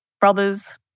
Brothers